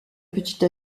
petite